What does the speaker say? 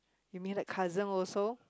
you mean like cousin also